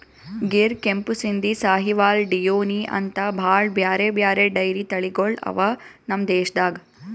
ಗಿರ್, ಕೆಂಪು ಸಿಂಧಿ, ಸಾಹಿವಾಲ್, ಡಿಯೋನಿ ಅಂಥಾ ಭಾಳ್ ಬ್ಯಾರೆ ಬ್ಯಾರೆ ಡೈರಿ ತಳಿಗೊಳ್ ಅವಾ ನಮ್ ದೇಶದಾಗ್